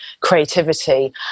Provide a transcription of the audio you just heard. creativity